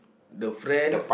the friend